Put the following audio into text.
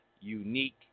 unique